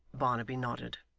barnaby nodded.